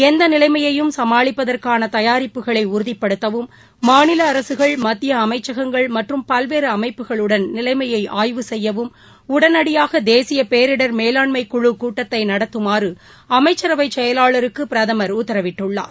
எந்தநிலைமையையும் சமாளிப்பதற்கானதயாரிப்புகளைஉறுதிப்படுத்தவும் மாநிலஅரசுகள் மத்திய அமைச்சகங்கள் மற்றும் பல்வேறுஅமைப்புகளுடன் நிலைமையைஆய்வு செய்யவும் உடனடியாகதேசியபேரிடர் மேலாண்மைக் குழு கூட்டத்தைநடத்துமாறுஅமைச்சரவைசெயலாளருக்குபிரதமர் உத்தரவிட்டுள்ளார்